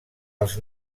els